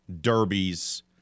derbies